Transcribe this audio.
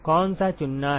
कौन सा चुनना है